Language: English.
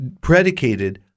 predicated